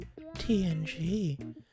TNG